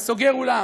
וסוגר אולם,